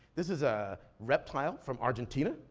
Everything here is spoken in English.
this is a reptile from argentina.